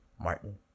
Martin